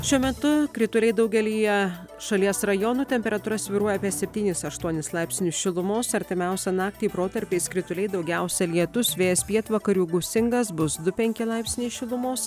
šiuo metu krituliai daugelyje šalies rajonų temperatūra svyruoja apie septynis aštuonis laipsnius šilumos artimiausią naktį protarpiais krituliai daugiausia lietus vėjas pietvakarių gūsingas bus du penki laipsniai šilumos